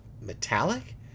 metallic